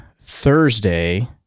Thursday